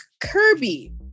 Kirby